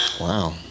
Wow